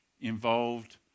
involved